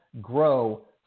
grow